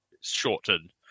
shortened